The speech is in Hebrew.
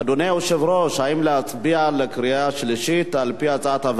אדוני היושב-ראש, האם להצביע בקריאה שלישית,